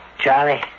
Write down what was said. Charlie